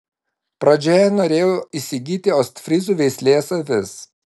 pradžioje norėjau įsigyti ostfryzų veislės avis